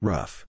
Rough